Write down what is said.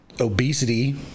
obesity